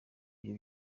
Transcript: ibyo